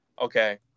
okay